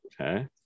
Okay